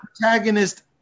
Protagonist